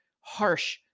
harsh